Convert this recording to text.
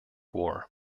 war